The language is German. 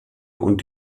und